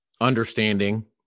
understanding